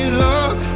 love